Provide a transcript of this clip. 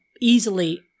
easily